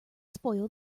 spoil